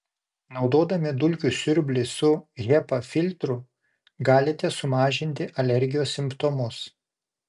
naudodami dulkių siurblį su hepa filtru galite sumažinti alergijos simptomus